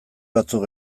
batzuk